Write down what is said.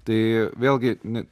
tai vėlgi ne